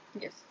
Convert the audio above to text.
Yes